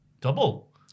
Double